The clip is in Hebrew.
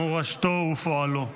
מורשתו ופועלו.